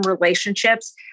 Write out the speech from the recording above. relationships